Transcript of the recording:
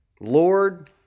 Lord